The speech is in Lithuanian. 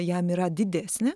jam yra didesnė